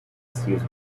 stews